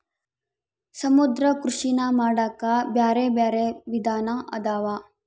ಸಮುದ್ರ ಕೃಷಿನಾ ಮಾಡಾಕ ಬ್ಯಾರೆ ಬ್ಯಾರೆ ವಿಧಾನ ಅದಾವ